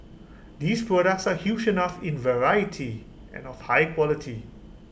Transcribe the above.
these products are huge enough in variety and of high quality